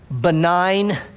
benign